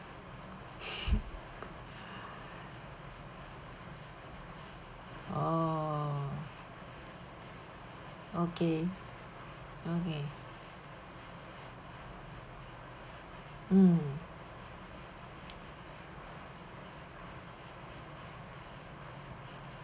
orh okay okay mm